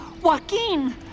Joaquin